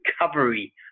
recovery